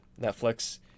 Netflix